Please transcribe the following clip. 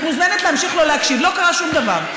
את מוזמנת להמשיך לא להקשיב, לא קרה שום דבר.